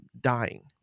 dying